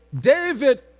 David